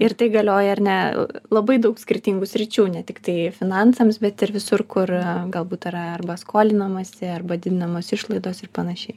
ir tai galioja ar ne labai daug skirtingų sričių ne tiktai finansams bet ir visur kur galbūt yra arba skolinamasi arba didinamos išlaidos ir panašiai